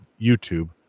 YouTube